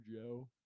joe